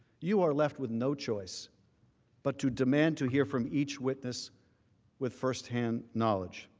you are left with no choice but to demand to hear from each witness with firsthand knowledge